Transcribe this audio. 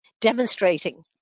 demonstrating